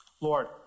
Lord